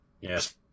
Yes